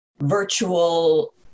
virtual